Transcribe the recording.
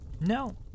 No